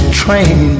train